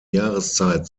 jahreszeit